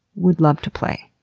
would love to play.